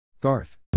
Garth